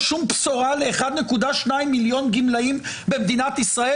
שום בשורה ל-1.2 מיליון גמלאים במדינת ישראל?